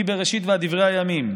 מבראשית ועד דברי הימים,